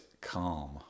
calm